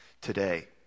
today